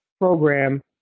program